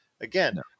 again